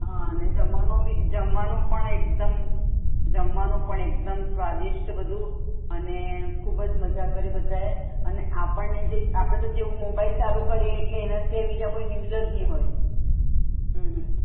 હં અને જમવાનું બી જમવાનું પણ એકદમ જમવાનું પણ એકદમ સ્વાદિષ્ટ બધું અને ખૂબ જ મજા કરી બધાએ અને આપણને જે આપણે તો જેવો મોબાઈલ ચાલુ કરીએ એટલે એના સિવાય બીજાં કોઈ ન્યૂઝ જ નહીં હોય હં હં